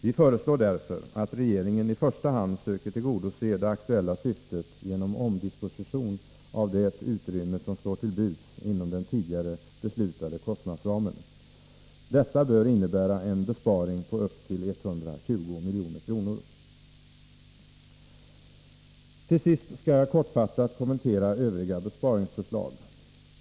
Vi föreslår därför att regeringen söker tillgodose det aktuella syftet i första hand genom omdisposition av det utrymme som står till buds inom den tidigare beslutade kostnadsramen. Detta bör innebära en besparing på upp till 120 milj.kr. Till sist skall jag kortfattat kommentera övriga besparingsförslag.